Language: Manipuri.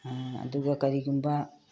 ꯑꯗꯨꯒ ꯀꯔꯤꯒꯨꯝꯕ